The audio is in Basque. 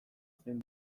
zein